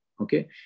okay